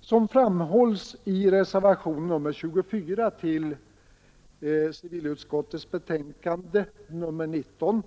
Som framhålls i reservationen 24 till civilutskottets betänkande nr 19